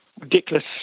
ridiculous